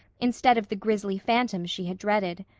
instead of the grisly phantom she had dreaded.